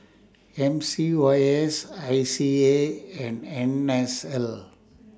M C Y S I C A and N S L